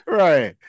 right